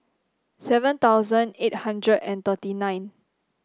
seven thousand eight hundred and thirty nine